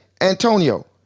Antonio